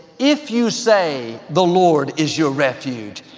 if you say the lord is your refuge,